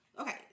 Okay